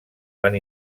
van